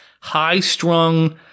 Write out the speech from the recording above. high-strung